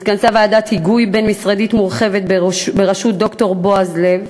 התכנסה ועדת היגוי בין-משרדית מורחבת בראשות ד"ר בועז לב,